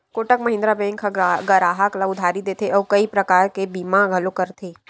Kotak Mahindra bank ह गराहक ल उधारी देथे अउ कइ परकार के बीमा घलो करथे